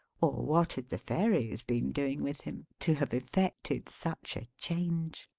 or what had the fairies been doing with him, to have effected such a change!